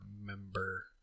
remember